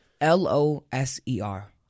L-O-S-E-R